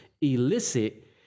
elicit